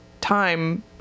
time